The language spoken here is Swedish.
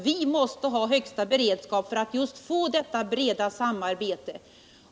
Vi måste ha högsta beredskap för att få ett brett samarbete.